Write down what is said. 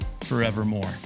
forevermore